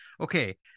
okay